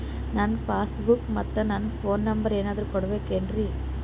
ನನ್ನ pass ಮತ್ ನನ್ನ ಫೋನ್ ನಂಬರ್ ಏನಾದ್ರು ಕೊಡಬೇಕೆನ್ರಿ?